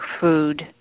food